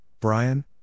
Brian